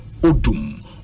Odum